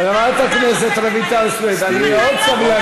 ומתי לא,